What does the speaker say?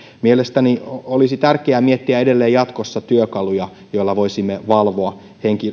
mielestäni olisi tärkeää miettiä edelleen jatkossa työkaluja joilla voisimme valvoa